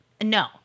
No